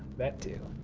that too.